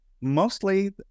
mostly